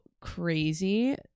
crazy